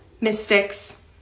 Mystics